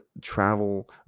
travel